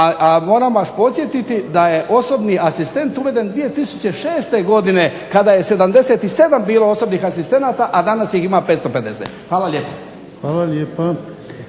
A moram vas podsjetiti da je osobni asistent uveden 2006. godine kada je 77 bilo osobnih asistenata, a danas ih ima 550. Hvala lijepo.